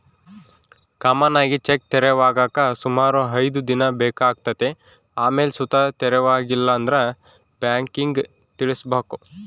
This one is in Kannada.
ಕಾಮನ್ ಆಗಿ ಚೆಕ್ ತೆರವಾಗಾಕ ಸುಮಾರು ಐದ್ ದಿನ ಬೇಕಾತತೆ ಆಮೇಲ್ ಸುತ ತೆರವಾಗಿಲ್ಲಂದ್ರ ಬ್ಯಾಂಕಿಗ್ ತಿಳಿಸ್ಬಕು